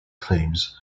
claims